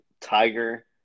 tiger